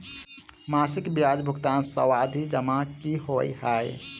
मासिक ब्याज भुगतान सावधि जमा की होइ है?